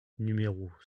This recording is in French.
numéros